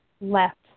left